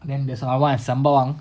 then there's another one at sembawang